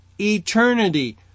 eternity